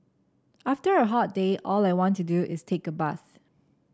after a hot day all I want to do is take a bath